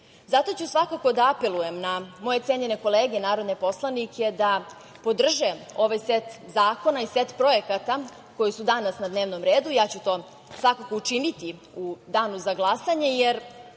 Zato ću svakako da apelujem na moje cenjene kolege narodne poslanike da podrže ovaj set zakona i set projekata koji su danas na dnevnom redu. Ja ću to svakako učiniti u danu za glasanje,